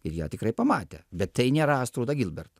ir ją tikrai pamatė bet tai nėra astruda gilbert